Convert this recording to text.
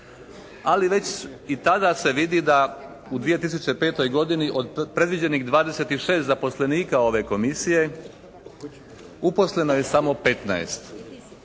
Ali već i tada se vidi da u 2005. godini od predviđenih 26 zaposlenika ove Komisije uposleno je samo 15.